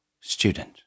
Student